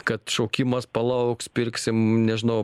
kad šaukimas palauks pirksim nežinau